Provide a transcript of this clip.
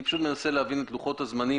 אני פשוט מנסה להבין את לוחות הזמנים,